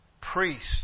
priest